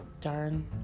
darn